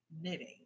knitting